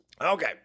okay